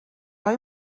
های